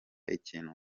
ikintu